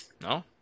no